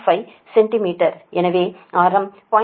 5 centimetre எனவே ஆரம் 0